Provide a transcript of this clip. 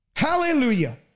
Hallelujah